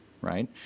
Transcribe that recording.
right